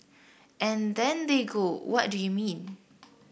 and then they go what do you mean